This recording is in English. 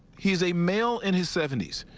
he's a male in his seventy s,